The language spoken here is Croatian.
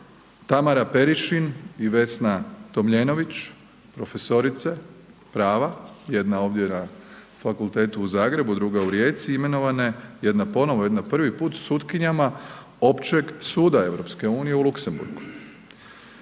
Tamara Perišin i Vesna Tomljenović profesorice prava, jedna ovdje na Fakultetu u Zagrebu, druga u Rijeci imenovane, jedna ponovno, jedna prvi put sutkinjama Općeg suda EU u Luxembourgu.